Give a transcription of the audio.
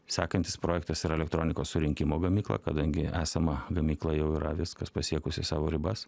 sekantis projektas yra elektronikos surinkimo gamykla kadangi esama gamykla jau yra viskas pasiekusi savo ribas